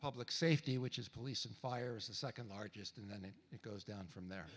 public safety which is police and fire is the second largest and then it goes down from there